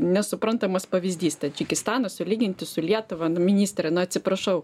nesuprantamas pavyzdys tadžikistaną sulyginti su lietuva nu ministre na atsiprašau